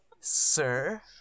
sir